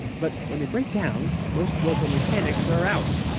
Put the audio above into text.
but when they break down, most local mechanics are out.